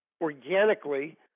organically